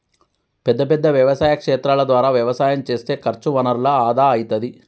పెద్ద పెద్ద వ్యవసాయ క్షేత్రాల ద్వారా వ్యవసాయం చేస్తే ఖర్చు వనరుల ఆదా అయితది